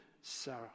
Sarah